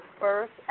first